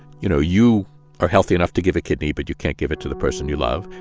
you know, you are healthy enough to give a kidney, but you can't give it to the person you love.